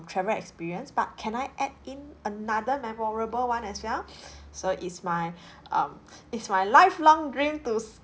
travel experience but can I add in another memorable one as well so it's my um it's my lifelong dream to